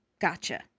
Gotcha